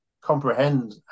comprehend